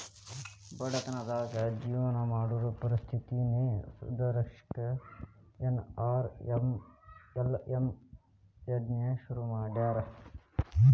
ಬಡತನದಾಗ ಜೇವನ ಮಾಡೋರ್ ಪರಿಸ್ಥಿತಿನ ಸುಧಾರ್ಸಕ ಎನ್.ಆರ್.ಎಲ್.ಎಂ ಯೋಜ್ನಾ ಶುರು ಮಾಡ್ಯಾರ